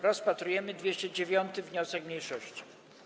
Rozpatrujemy 209. wniosek mniejszości.